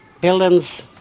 buildings